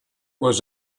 was